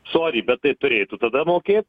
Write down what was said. sory bet tai turėtų tada mokėt